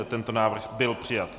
Tento návrh byl přijat.